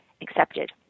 accepted